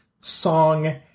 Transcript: song